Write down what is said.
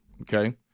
Okay